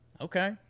Okay